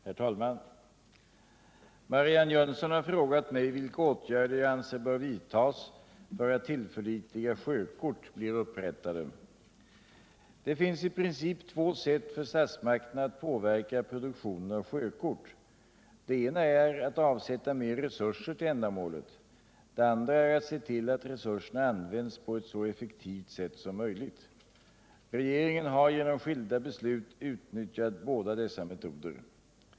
Herr talman! Marianne Jönsson har frågat mig vilka åtgärder jag anser bör liga sjökort Om mer tillförlitliga sjökort vidtas för att tillförlitliga sjökort blir upprättade. Det finns i princip två sätt för statsmakterna att påverka produktionen av sjökort. Det ena är att avsätta mer resurser till ändamålet. Det andra är att se till att resurserna används på ett så effektivt sätt som möjligt. Regeringen har genom skilda beslut utnyttjat båda dessa metoder.